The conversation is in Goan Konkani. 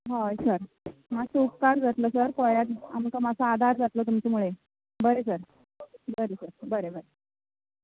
हय सर मातसो उपकार जातलो सर पळयात आमकां मातसो आदार जातलो तुमच्या मुळें बरें सर बरें सर बरें बरें